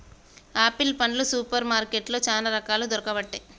apple పండ్లు super మార్కెట్లో చానా రకాలు దొరుకబట్టె